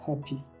happy